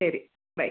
ശരി ബൈ